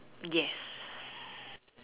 yes